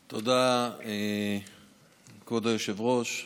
תודה, כבוד היושב-ראש.